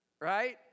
right